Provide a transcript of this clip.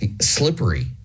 slippery